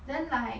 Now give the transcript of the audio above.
then like